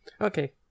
Okay